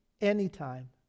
Anytime